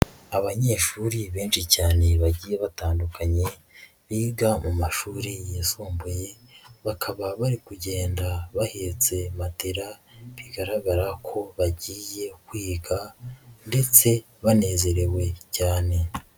Abanyeshuri benshi cyane bagiye batandukanye biga mu mashuri yisumbuye, bakaba bari kugenda bahetse matela, bigaragara ko bagiye kwiga ndetse banezerewe cyane.